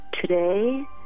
today